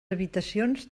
habitacions